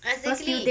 exactly